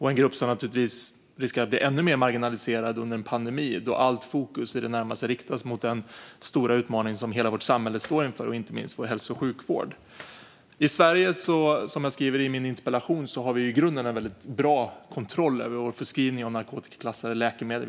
Den gruppen riskerar att bli ännu mer marginaliserad nu under en pandemi då i det närmaste allt fokus riktas mot den stora utmaning som hela vårt samhälle står inför, inte minst vår hälso och sjukvård. I Sverige, som jag skriver i min interpellation, har vi i grunden en väldigt bra kontroll över förskrivningen av narkotikaklassade läkemedel.